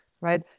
right